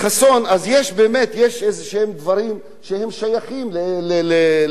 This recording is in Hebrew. יש באמת איזה דברים ששייכים לאוכלוסיות,